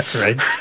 Right